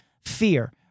fear